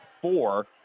four